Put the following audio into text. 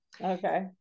Okay